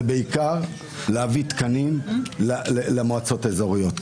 בעיקר להביא תקנים למועצות האזוריות.